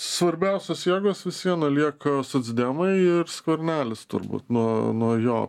svarbiausios jėgos vis viena lieka socdemai ir skvernelis turbūt nuo nuo jo